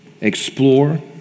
explore